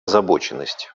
озабоченности